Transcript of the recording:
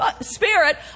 Spirit